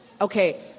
Okay